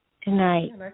tonight